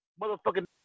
motherfucking